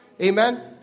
Amen